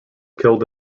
killed